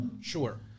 Sure